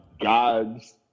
god's